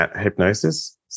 hypnosis